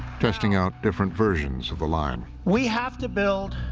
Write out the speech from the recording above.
testing out different versions of the line. we have to build